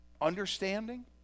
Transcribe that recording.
Understanding